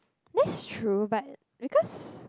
that's true but because